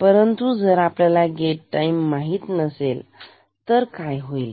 परंतु आपल्याला जर गेट टाईम माहीत नसेल तर काय होईल